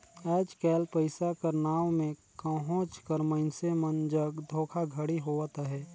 आएज काएल पइसा कर नांव में कहोंच कर मइनसे मन जग धोखाघड़ी होवत अहे